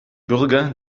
bürger